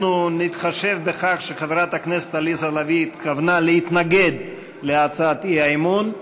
אנחנו נתחשב בכך שחברת הכנסת עליזה לביא התכוונה להתנגד להצעת האי-אמון.